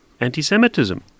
anti-Semitism